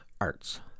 arts